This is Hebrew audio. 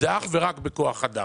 אך ורק בכוח אדם.